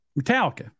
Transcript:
Metallica